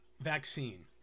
vaccine